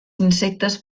insectes